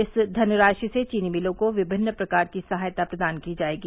इस धनराशि से चीनी मिलों को विभिन्न प्रकार की सहायता प्रदान की जायेगी